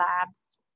Labs